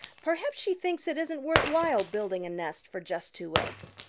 perhaps she thinks it isn't worth while building a nest for just two eggs.